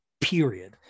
period